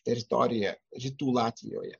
teritoriją rytų latvijoje